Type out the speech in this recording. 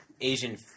Asian